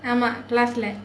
ஆமா:aamaa class லே:lae